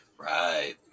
Right